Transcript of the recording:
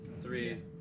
Three